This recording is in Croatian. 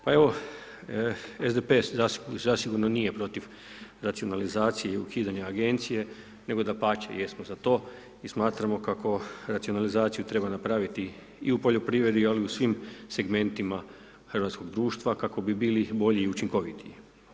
Pa evo, SDP-e zasigurno nije protiv racionalizacije i ukidanja agencije, nego dapače, jesmo za to i smatramo kako racionalizaciju treba napraviti i u poljoprivredi i u ovim svim segmentima hrvatskog društva kako bi bili bolji i učinkovitiji.